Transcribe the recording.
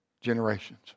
generations